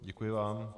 Děkuji vám.